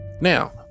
Now